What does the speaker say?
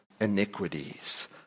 iniquities